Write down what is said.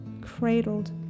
cradled